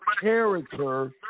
character